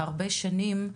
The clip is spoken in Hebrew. הרבה שנים,